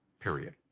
period.